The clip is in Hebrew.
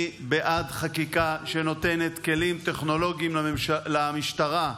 אני בעד חקיקה שנותנת כלים טכנולוגיים למשטרה.